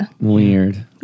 Weird